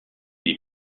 les